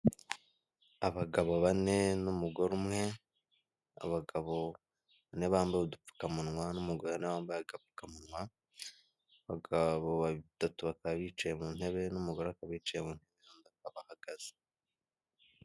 Abagabo bane n'umugore umwe, abagabo bane bambaye udupfukamunwa n'umugore nawe wabambaye agapfukamunwa, abagabo batatu bakaba bicaye mu ntebe n'umugore akaba yicaye mu ntebe, umugabo ahagaze.